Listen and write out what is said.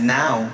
now